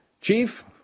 Chief